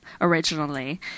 originally